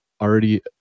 already